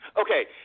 Okay